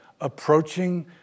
approaching